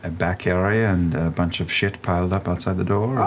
ah back area and a bunch of shit piled up outside the door.